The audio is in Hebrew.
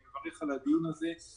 בין העדות השונות ואני מברך אותך על כך.